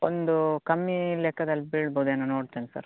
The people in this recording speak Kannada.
ಒಂದು ಕಮ್ಮಿ ಲೆಕ್ಕದಲ್ಲಿ ಬೀಳಬೌದೇನೊ ನೋಡ್ತೇನೆ ಸರ್